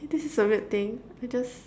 okay this is a weird thing I just